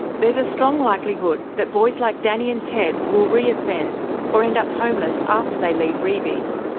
there's a strong likelihood that boys like danny and ted will reoffend or end up homeless after they leave reiby.